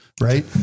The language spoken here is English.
right